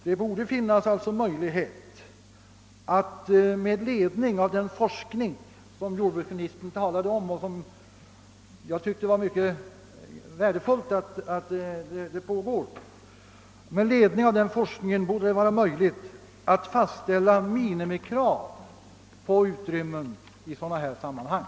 Det borde finnas möjlighet att med ledning av den forskning som jordbruksministern talade om — jag finner det mycket värdefullt att den pågår — fastställa minimikrav på utrymmen i sådana sammanhang.